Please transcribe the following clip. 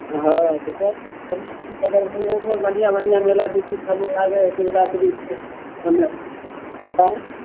हँ तऽ फेर समस्तीपुर रोडोमे बढ़िआँ बढ़िआँ मेला दू तीन ठमन लागै हए शिवरात्रिके ह ने आँय